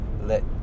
let